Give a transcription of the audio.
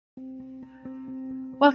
Welcome